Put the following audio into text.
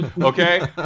Okay